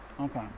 Okay